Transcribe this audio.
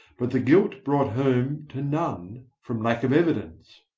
but the guilt brought home to none, from lack of evidence.